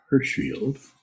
Hirschfield